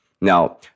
Now